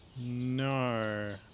No